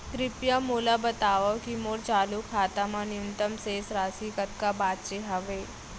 कृपया मोला बतावव की मोर चालू खाता मा न्यूनतम शेष राशि कतका बाचे हवे